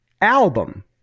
album